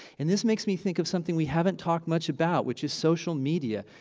and this makes me think of something we haven't talked much about which is social media.